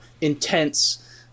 intense